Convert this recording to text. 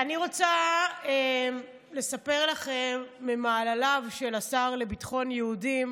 אני רוצה לספר לכם ממעלליו של השר לביטחון יהודים,